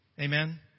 Amen